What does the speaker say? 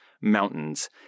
mountains